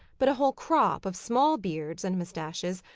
but a whole crop of small beards and moustaches,